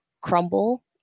crumble